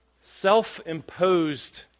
self-imposed